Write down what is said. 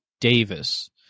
Davis